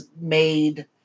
made